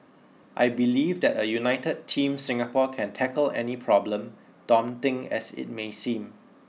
I believe that a united team Singapore can tackle any problem daunting as it may seem